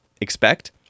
expect